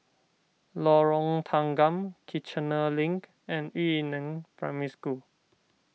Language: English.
Lorong Tanggam Kiichener Link and Yu Neng Primary School